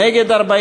נגד,